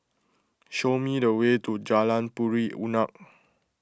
show me the way to Jalan Puri Unak